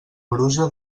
brusa